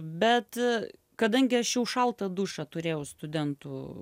bet kadangi aš jau šaltą dušą turėjau studentų